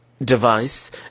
device